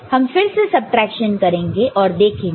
हम फिर से सबट्रैक्शन करेंगे और देखेंगे